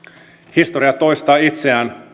historia toistaa itseään